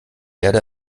erde